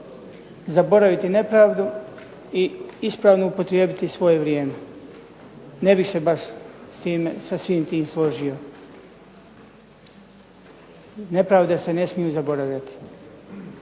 zaboraviti nepravdu i ispravno upotrijebiti svoje vrijeme. Ne bih se baš sa svim tim složio. Nepravde se ne smiju zaboravljati.